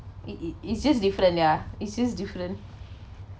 it it it's just different ya it's just different